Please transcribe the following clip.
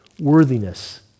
worthiness